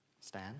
Stan